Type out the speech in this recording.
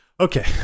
Okay